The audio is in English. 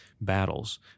battles